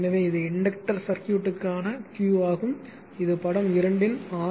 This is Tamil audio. எனவே இது இன்டக்டர் சர்க்யூட்க்கான Q ஆகும் இது படம் 2 இன் ஆர்